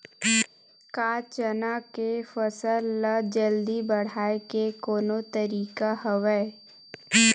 का चना के फसल ल जल्दी बढ़ाये के कोनो तरीका हवय?